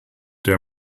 der